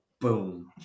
boom